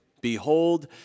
Behold